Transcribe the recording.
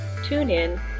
TuneIn